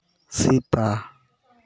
ᱥᱮᱛᱟ